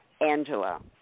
Angela